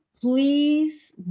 Please